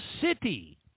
City